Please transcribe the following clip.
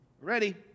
ready